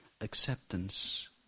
acceptance